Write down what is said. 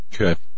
Okay